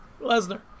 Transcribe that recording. Lesnar